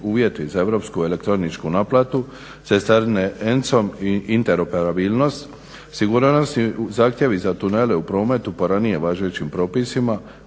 uvjeti za europsku elektroničku naplatu cestarine ENC-om i interoperabilnost, sigurnosni zahtjevi za tunele u prometu po ranije važećim propisima,